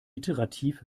iterativ